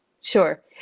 sure